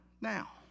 now